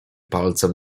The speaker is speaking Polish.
palcem